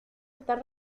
están